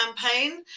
campaign